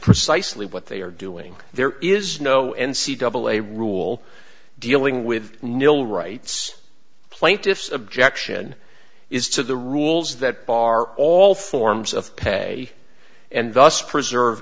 precisely what they are doing there is no n c double a rule dealing with nil rights plaintiff's objection is to the rules that bar all forms of pe and thus preserve